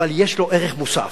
אבל יש לו ערך מוסף,